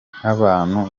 nk’abantu